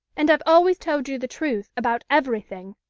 and i've always told you the truth about everything.